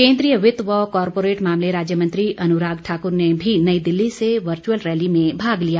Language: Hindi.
केन्द्रीय वित्त व कॉरपोरेट मामले राज्य मंत्री अनुराग ठाकुर ने भी नई दिल्ली से वर्चुअल रैली में भाग लिया